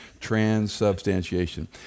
Transubstantiation